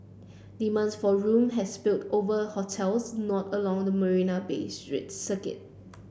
demands for room has spilled over hotels not along the Marina Bay street circuit